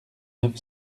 neuf